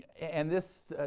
and this,